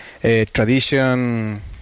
tradition